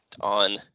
on